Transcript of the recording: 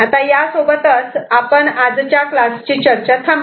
यासोबतच आपण आजच्या क्लासची चर्चा थांबवू